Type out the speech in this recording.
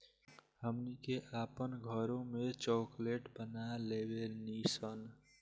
हमनी के आपन घरों में चॉकलेट बना लेवे नी सन